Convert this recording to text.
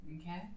Okay